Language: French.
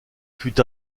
fut